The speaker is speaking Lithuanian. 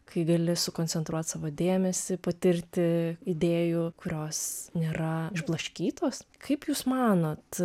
kai gali sukoncentruot savo dėmesį patirti idėjų kurios nėra išblaškytos kaip jūs manot